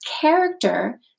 character